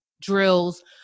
drills